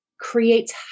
creates